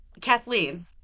Kathleen